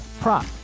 prop